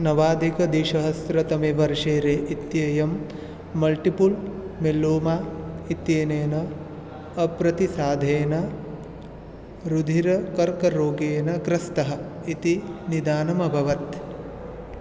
नवाधिकद्विसहस्रतमे वर्षे रे इत्ययं मल्टिपल् मेल्लोमा इत्येनेन अप्रतिसाधनेन रुधिरकर्करोगेन ग्रस्तः इति निदानमभबवत्